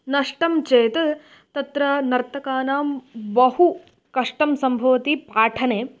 नष्टं चेत् तत्र नर्तकानां बहु कष्टं सम्भवति पाठने